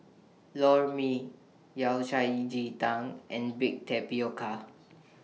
Lor Mee Yao Cai Ji Tang and Baked Tapioca